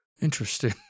Interesting